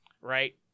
right